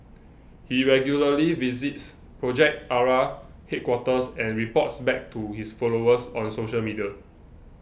he regularly visits Project Ara headquarters and reports back to his followers on social media